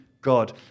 God